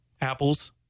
Apples